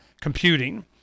computing